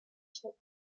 churches